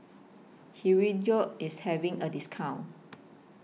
Hirudoid IS having A discount